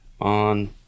on